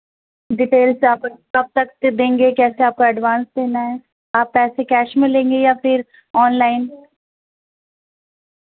details آپ کب تک دیں گے کیسے آپ کو ایڈوانس دینا ہے آپ پیسے کیش میں لیں گے یا پھر آنلائن